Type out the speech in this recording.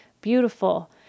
beautiful